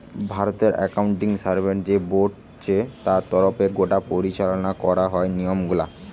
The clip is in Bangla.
ভারতের একাউন্টিং স্ট্যান্ডার্ড যে বোর্ড চে তার তরফ গটে পরিচালনা করা যে নিয়ম গুলা